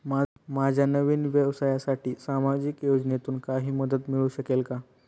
माझ्या नवीन व्यवसायासाठी सामाजिक योजनेतून काही मदत मिळू शकेल का?